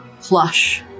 plush